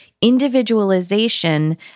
individualization